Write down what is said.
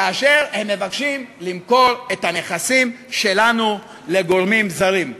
כאשר הם מבקשים למכור את הנכסים שלנו לגורמים זרים?